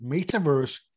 Metaverse